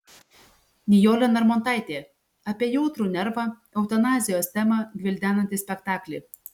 nijolė narmontaitė apie jautrų nervą eutanazijos temą gvildenantį spektaklį